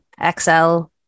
Excel